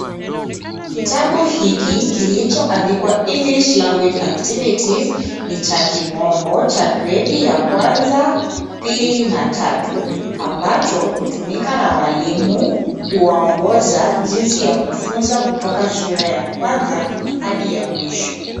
Kitabu hiki kilichoandikwa English Language Activities ni cha kimombo cha gredi ya kwanza pili na tatu ambacho hutumika na walimu kuwaongoza jinsi ya kufunza kutoka sura ya kwanza hadi ya mwisho